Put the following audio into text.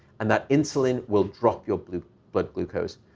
and that insulin will drop your blood but glucose.